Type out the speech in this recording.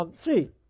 See